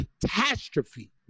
catastrophe